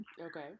Okay